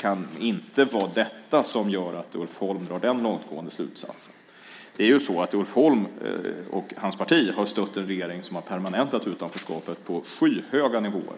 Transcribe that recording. kan inte vara anledningen till att Ulf Holm drar den långtgående slutsatsen. Ulf Holm och hans parti har ju stött en regering som permanentat utanförskapet på skyhöga nivåer.